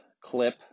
clip